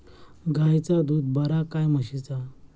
गायचा दूध बरा काय म्हशीचा?